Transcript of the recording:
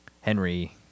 Henry